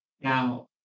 Now